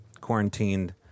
quarantined